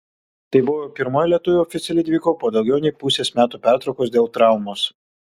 tai buvo pirmoji lietuvio oficiali dvikova po daugiau nei pusės metų pertraukos dėl traumos